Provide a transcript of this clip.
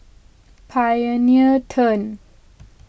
Pioneer Turn